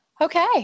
Okay